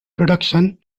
reduction